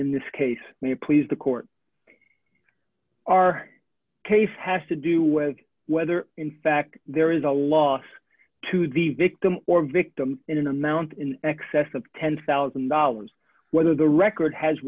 in this case it may please the court our case has to do with whether in fact there is a law to the victim or a victim in an amount in excess of ten thousand dollars whether the record has